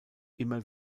immer